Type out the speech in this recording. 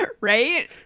right